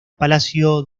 palacio